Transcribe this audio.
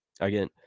again